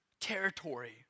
territory